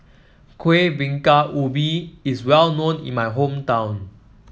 Kueh Bingka Ubi is well known in my hometown